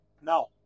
No